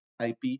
IP